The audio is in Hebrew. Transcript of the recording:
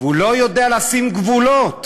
והוא לא יודע לשים גבולות